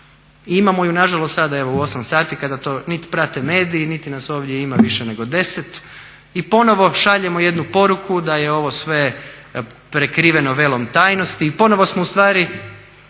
i imamo ju nažalost sada evo u 8 sati kada to niti prate mediji, niti nas ovdje ima više nego 10. I ponovno šaljemo jednu poruku da je ovo sve prekriveno velom tajnosti i ponovno smo ustvari,